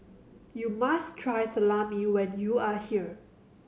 you must try Salami when you are here